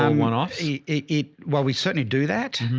um one off e while we certainly do that.